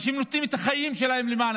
אנשים שנותנים את החיים שלהם למען